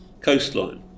coastline